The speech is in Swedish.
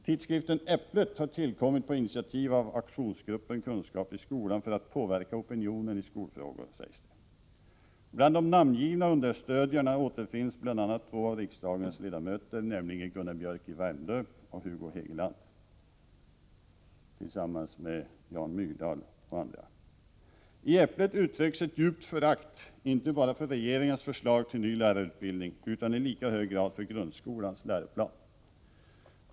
Tidskriften Äpplet har tillkommit på initiativ av aktionsgruppen Kunskap i Skolan för att påverka opinionen i skolfrågor, sägs det. Bland de namngivna understödjarna återfinns bl.a. två av riksdagens ledamöter, nämligen Gunnar Biörck i Värmdö och Hugo Hegeland - tillsammans med Jan Myrdal och andra. I Äpplet uttrycks ett djupt förakt inte bara för regeringens förslag till ny lärarutbildning utan i lika hög grad för grundskolans läroplan.